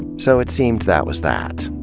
so, it seemed that was that,